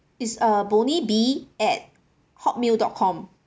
it's uh bonnie B at hotmail dot com